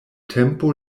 tempo